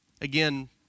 Again